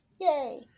Yay